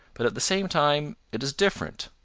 but at the same time it is different.